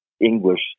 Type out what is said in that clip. English